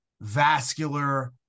vascular